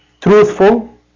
truthful